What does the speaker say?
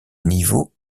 niveaux